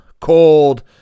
cold